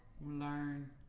learn